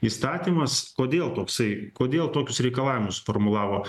įstatymas kodėl toksai kodėl tokius reikalavimus suformulavo